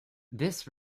this